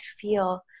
feel